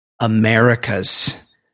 America's